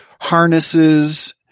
harnesses